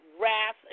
wrath